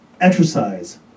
Exercise